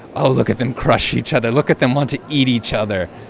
oh look at them, crush each other, look at them want to eat each other.